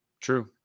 True